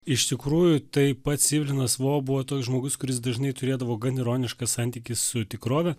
iš tikrųjų tai pats ivlinas vo buvo toks žmogus kuris dažnai turėdavo gan ironišką santykį su tikrove